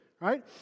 right